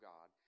God